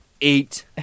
Eight